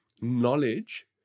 knowledge